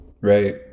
right